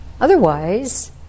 Otherwise